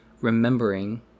remembering